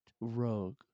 Rogue